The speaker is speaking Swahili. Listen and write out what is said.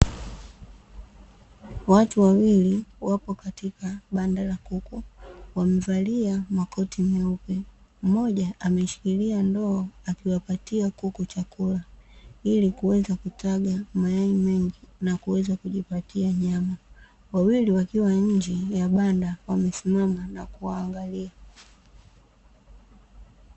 Watu wawili wapo katika banda la kuku wamevalia makoti meupe, mmoja ameshikilia ndoo akiwapatia kuku chakula ili kuweza kutaga mayai mengi na kuweza kujipatia nyama, wawili wakiwa nje ya banda wamesimama na kuwaangalia.